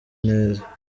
neza